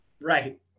Right